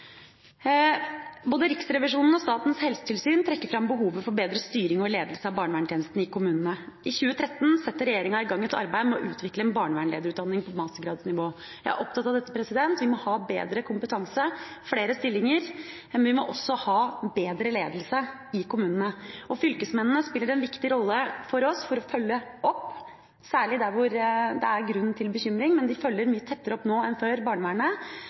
Både Riksrevisjonen og Statens helsetilsyn trekker fram behovet for bedre styring og ledelse av barnevernstjenestene i kommunene. I 2013 setter regjeringa i gang et arbeid med å utvikle en barnevernlederutdanning på mastergradsnivå. Jeg er opptatt av dette. Vi må ha bedre kompetanse og flere stillinger, men vi må også ha bedre ledelse i kommunene. Fylkesmennene spiller en viktig rolle for oss når det gjelder å følge opp, særlig der hvor det er grunn til bekymring, og de følger barnevernet mye tettere opp nå enn før.